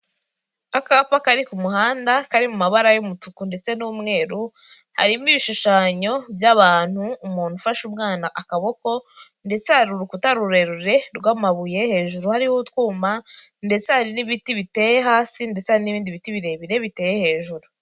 Akapa kari ku muhanda kari mu mabara y'umutuku ndetse n'umweru, harimo ibishushanyo by'abantu umuntu ufashe umwana akaboko ndetse hari urukuta rurerure rw'amabuye, hejuru hariho utwuma ndetse hari n'ibiti biteye hasi ndetse hari n'ibindi biti birebire biteye hejuru.